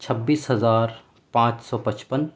چھبیس ہزار پانچ سو پچپن